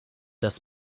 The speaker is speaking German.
das